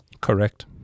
Correct